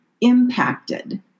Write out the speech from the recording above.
impacted